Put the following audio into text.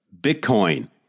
Bitcoin